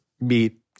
meet